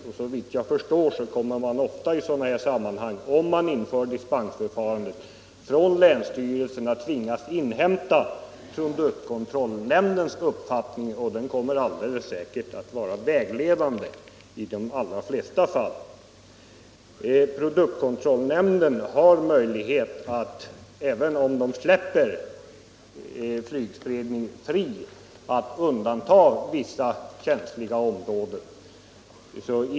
Om dispensförfarandet införs kommer länsstyrelserna såvitt jag förstår ofta att tvingas inhämta produktkontrollnämndens uppfattning, och den kommer alldeles säkert att vara vägledande i de allra flesta fall. Produktkontrollnämnden har möjlighet att även om flygspridningen släpps fri undanta vissa känsliga områden.